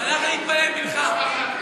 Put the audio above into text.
הוא הלך להתפלל מנחה.